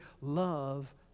love